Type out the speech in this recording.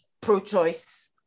pro-choice